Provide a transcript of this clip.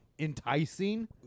Enticing